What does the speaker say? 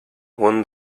won